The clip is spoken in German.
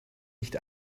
nicht